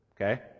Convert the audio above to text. Okay